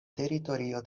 teritorio